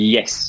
Yes